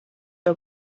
tev